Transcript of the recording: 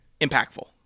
Impactful